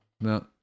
no